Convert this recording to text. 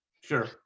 Sure